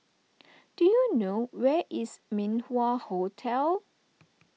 do you know where is Min Wah Hotel